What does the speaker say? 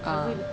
ah